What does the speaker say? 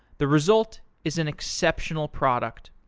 the result is an exceptional product,